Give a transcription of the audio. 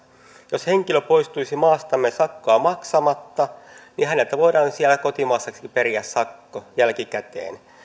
jos henkilö poistuisi maastamme sakkoa maksamatta niin häneltä voidaan siellä kotimaassakin periä sakko jälkikäteen